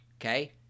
Okay